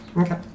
Okay